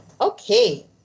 okay